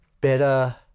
better